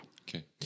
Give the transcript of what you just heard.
Okay